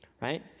right